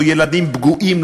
או ילדים פגועים,